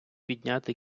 підняти